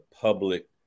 public